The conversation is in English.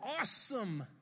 awesome